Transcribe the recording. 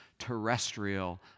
terrestrial